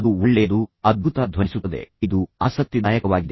ಅದು ಒಳ್ಳೆಯದು ಅದ್ಭುತ ಧ್ವನಿಸುತ್ತದೆ ಇದು ಆಸಕ್ತಿದಾಯಕವಾಗಿದೆ